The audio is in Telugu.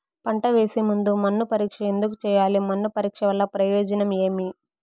పంట వేసే ముందు మన్ను పరీక్ష ఎందుకు చేయాలి? మన్ను పరీక్ష వల్ల ప్రయోజనం ఏమి?